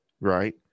right